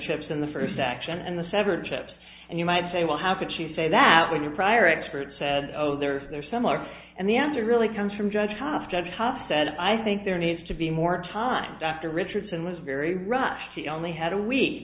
chips in the first section and the severed chips and you might say well how could she say that when your prior expert said oh they're they're similar and the answer really comes from judge tough judge tough said i think there needs to be more time dr richardson was very rushed the only had a week